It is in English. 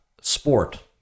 Sport